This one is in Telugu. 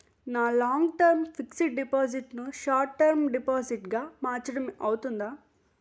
నా లాంగ్ టర్మ్ ఫిక్సడ్ డిపాజిట్ ను షార్ట్ టర్మ్ డిపాజిట్ గా మార్చటం అవ్తుందా?